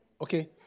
okay